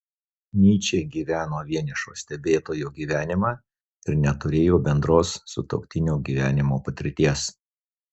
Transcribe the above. nyčė gyveno vienišo stebėtojo gyvenimą ir neturėjo bendros santuokinio gyvenimo patirties